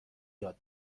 یاد